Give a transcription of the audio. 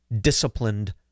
disciplined